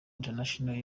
international